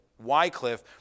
Wycliffe